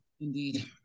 indeed